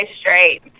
straight